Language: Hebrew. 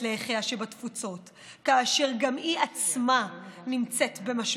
לאחיה שבתפוצות כאשר גם היא עצמה נמצאת במשבר,